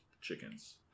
Chickens